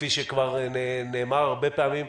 כפי שכבר נאמר הרבה פעמים,